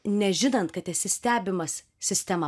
nežinant kad esi stebimas sistemą